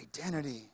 Identity